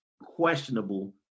questionable